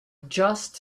just